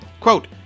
Quote